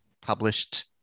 published